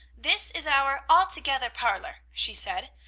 this is our all-together parlor, she said.